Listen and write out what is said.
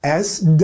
sw